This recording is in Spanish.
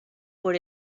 por